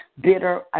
bitter